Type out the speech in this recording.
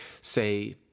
say